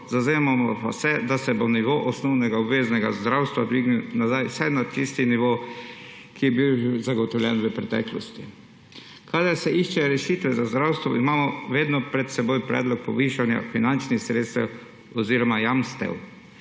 zavzemamo pa se, da se bo nivo osnovnega obveznega zdravstva dvignil nazaj vsaj na tisti nivo, ki je bil že zagotovljen v preteklosti. Kadar se išče rešitve za zdravstvo, imamo vedno pred seboj predlog povišanja finančnih sredstev oziroma jamstev.